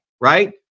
right